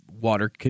water